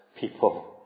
people